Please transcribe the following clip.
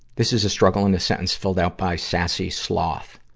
this is a struggle in a sentence filled out by sassy sloth.